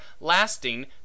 lasting